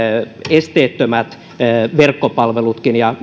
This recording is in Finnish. esteettömät verkkopalvelutkin ja